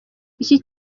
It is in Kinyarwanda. iki